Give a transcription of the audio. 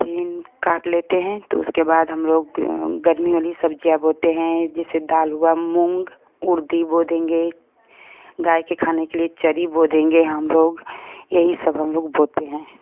फिर काट लेते हैं तो उसके बाद हम लोग गर्मी वाली सब्ज़ियाँ बोते हैं जैसे दाल हुआ मूंग उड़दी बो देंगे गाय के खाने के लिये चरी बो देंगे हम लोग यही सब हम लोग बोते हैं